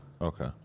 Okay